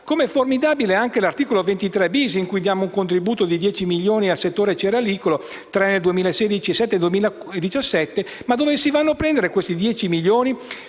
veramente formidabile, come lo è l'articolo 23-*bis*, in cui diamo un contributo di 10 milioni al settore cerealicolo tra il 2016 e il 2017. Ma dove si vanno a prendere questi 10 milioni?